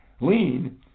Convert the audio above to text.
Lean